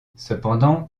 cependant